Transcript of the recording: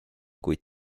kuid